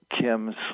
Kim's